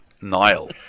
Nile